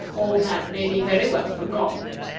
all that may be very well for gaumers,